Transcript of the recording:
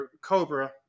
Cobra